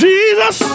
Jesus